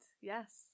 Yes